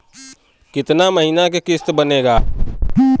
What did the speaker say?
कितना महीना के किस्त बनेगा?